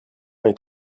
est